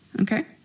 Okay